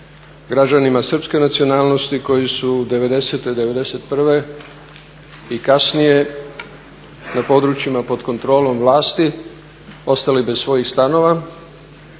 građanima Srpske nacionalnosti koji su '90., '91.i kasnije na područjima pod kontrolom vlasti ostali bez svojih stanova.